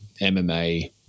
MMA